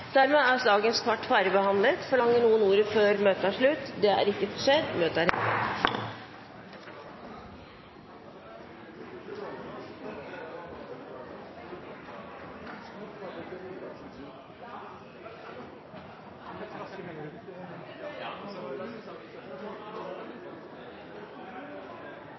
Dermed er dagens kart ferdigbehandlet. Forlanger noen ordet før møtet heves? – Så har ikke skjedd, og møtet er